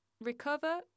recover